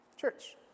Church